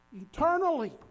eternally